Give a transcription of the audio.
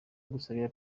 gusabira